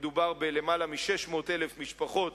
ומדובר ביותר מ-600,000 משפחות,